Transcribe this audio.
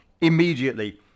immediately